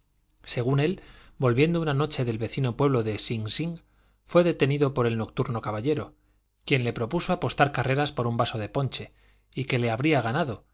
según él volviendo una noche del vecino pueblo de sing sing fué detenido por el nocturno caballero quien le propuso apostar carreras por un vaso de ponche y que le habría ganado